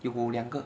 有两个